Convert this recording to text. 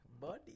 Buddy